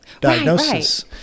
diagnosis